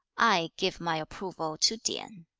i give my approval to tien